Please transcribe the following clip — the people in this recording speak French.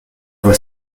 vos